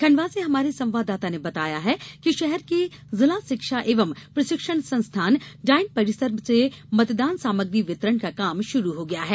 खंडवा से हमारे संवाददाता ने बताया है कि शहर के जिला शिक्षा एवं प्रशिक्षण संस्थान डाईट परिसर से मतदान सामग्री वितरण का काम शुरू हो गया है